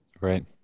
right